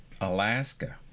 Alaska